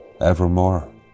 Evermore